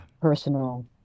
personal